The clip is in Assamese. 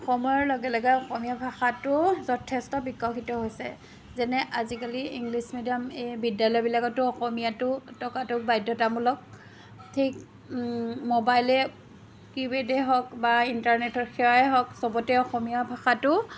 সময়ৰ লগে লগে অসমীয়া ভাষাটো যথেষ্ট বিকশিত হৈছে যেনে আজিকালি ইংলিছ মিডিয়াম এই বিদ্যালয়বিলাকটো অসমীয়াটো থকাতো বাধ্যতামূলক ঠিক মোবাইলে কি বিধেই হওক বা ইণ্টাৰ্নেটৰ সেৱাই হওক চবতে অসমীয়া ভাষাটো